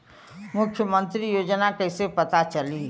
मुख्यमंत्री योजना कइसे पता चली?